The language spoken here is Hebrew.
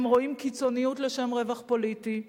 הם רואים קיצוניות לשם רווח פוליטי,